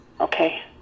Okay